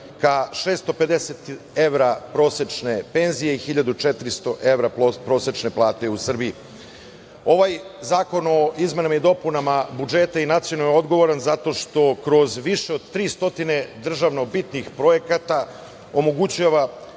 ka 650 evra prosečne penzije i 1400 evra prosečne plate u Srbiji. Ovaj Zakon o izmenama i dopunama budžeta je nacionalno odgovoran i zato što kroz više od 300 državno bitnih projekata omogućava